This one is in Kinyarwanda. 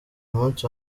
munsi